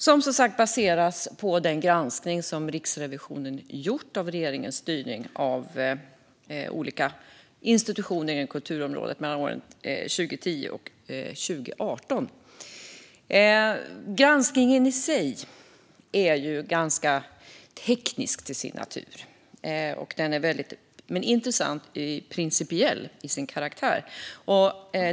Det baseras som sagt på den granskning som Riksrevisionen gjort av regeringens styrning av olika institutioner inom kulturområdet mellan åren 2010 och 2018. Granskningen i sig är ganska teknisk till sin natur men principiellt intressant till sin karaktär.